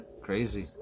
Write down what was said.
Crazy